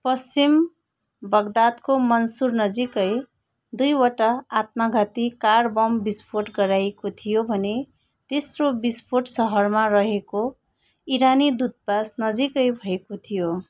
पश्चिम बगदादको मन्सुरनजिकै दुईवटा आत्मघाती कार बम विस्फोट गराइएको थियो भने तेस्रो विस्फोट सहरमा रहेको इरानी दूतावासनजिकै भएको थियो